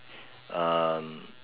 um